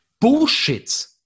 bullshit